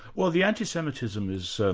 well the anti-semitism is so